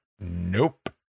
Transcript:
nope